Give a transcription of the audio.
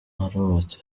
arubatse